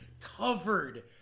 covered